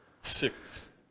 six